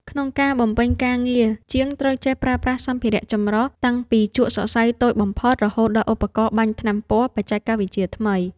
ក្នុងការបំពេញការងារ ជាងត្រូវចេះប្រើប្រាស់សម្ភារៈចម្រុះតាំងពីជក់សរសៃតូចបំផុត រហូតដល់ឧបករណ៍បាញ់ថ្នាំពណ៌បច្ចេកវិទ្យាថ្មី។